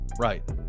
Right